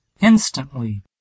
Instantly